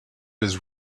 his